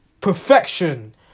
perfection